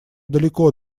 далеко